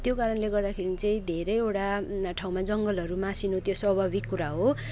त्यो कारणले गर्दाखेरि चाहिँ धेरैवटा ठाउँमा जङ्गलहरू मासिनो त्यो स्वाभाविक कुरा हो